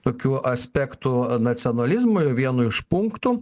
tokių aspektų nacionalizmui vienu iš punktų